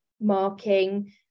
marking